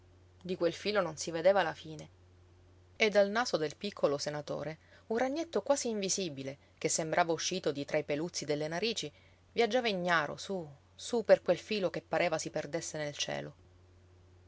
di quel filo non si vedeva la fine e dal naso del piccolo senatore un ragnetto quasi invisibile che sembrava uscito di tra i peluzzi delle narici viaggiava ignaro sú sú per quel filo che pareva si perdesse nel cielo